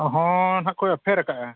ᱦᱚᱸ ᱱᱟᱜ ᱠᱚ ᱮᱯᱷᱟᱨ ᱠᱟᱜᱼᱟ